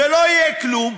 ולא יהיה כלום,